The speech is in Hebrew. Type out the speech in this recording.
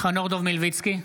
חנוך דב מלביצקי,